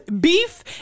beef